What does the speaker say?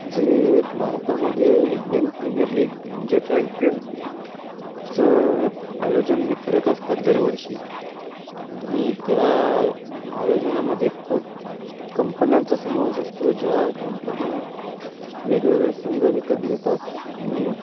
जे भारतामध्ये Indian Premier League म्हणजेच आय पी एलचं आयोजन हे करत असतात दरवर्षी आणि त्या आयोजनामध्ये खूप कंपन्यांचा समावेश असतो ज्या कंपन्या वेगवेगळे संघ विकत घेतात आणि